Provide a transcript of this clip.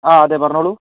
ആ അതെ പറഞ്ഞോളൂ